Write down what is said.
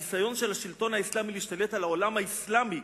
הניסיון של השלטון האסלאמי להשתלט על העולם האסלאמי,